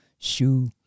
Shoe